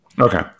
Okay